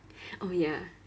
oh ya